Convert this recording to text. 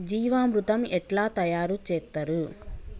జీవామృతం ఎట్లా తయారు చేత్తరు?